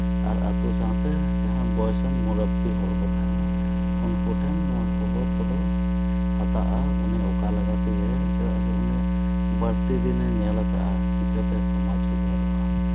ᱟᱨ ᱟᱛᱳ ᱥᱟᱶᱛᱮ ᱡᱟᱦᱟᱸ ᱵᱚᱭᱮᱥᱟᱱ ᱢᱩᱨᱩᱵᱽᱵᱤ ᱦᱚᱲ ᱠᱚ ᱛᱟᱦᱮᱱᱟ ᱩᱱᱠᱩ ᱴᱷᱮᱱ ᱱᱚᱣᱟ ᱠᱷᱚᱵᱚᱨ ᱠᱚᱫᱚ ᱦᱟᱛᱟᱜᱼᱟ ᱚᱱᱮ ᱚᱠᱟ ᱞᱮᱠᱟ ᱛᱮᱜᱮ ᱪᱮᱫᱟᱜ ᱥᱮ ᱩᱱᱤᱭᱟᱜ ᱵᱟᱹᱲᱛᱤ ᱫᱤᱱᱮ ᱧᱮᱞ ᱠᱟᱫᱼᱟ ᱪᱤᱠᱟᱹᱛᱮ ᱥᱚᱢᱟᱡᱽ ᱩᱫᱷᱟᱹᱨᱚᱜᱼᱟ